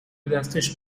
دستش